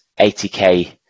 80k